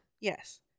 Yes